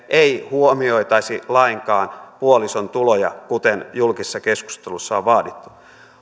ei huomioitaisi lainkaan puolison tuloja kuten julkisessa keskustelussa on vaadittu